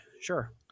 Sure